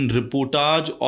reportage